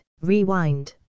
rewind